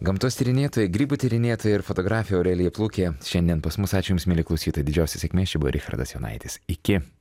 gamtos tyrinėtoja grybų tyrinėtoja ir fotografė aurelija plukė šiandien pas mus ačiū jums mieli klausytojai didžiausios sėkmės čia buvo richardas jonaitis iki